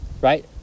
Right